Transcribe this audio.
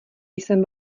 jsem